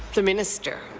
the minister.